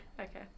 Okay